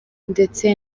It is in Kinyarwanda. ndetse